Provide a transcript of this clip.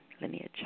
lineage